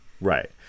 Right